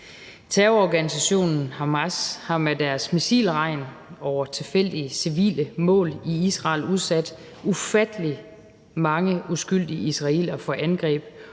Terrororganisationen Hamas har med deres missilregn over tilfældige civile mål i Israel udsat ufattelig mange uskyldige israelere for angreb,